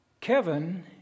Kevin